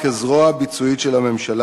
כזרוע ביצועית של הממשלה,